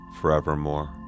Forevermore